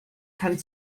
keinen